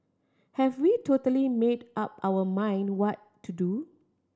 have we totally made up our mind what to do